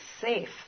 safe